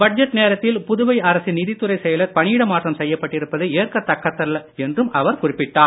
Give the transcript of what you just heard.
budget நேரத்தில் புதுவை அரசின் நிதித்துறை செயலர் பணியிட மாற்றம் செய்யப்பட்டிருப்பது ஏற்கத்தக்கதல்ல என்றும் அவர் குறிப்பிட்டார்